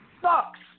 sucks